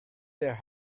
their